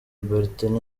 bertin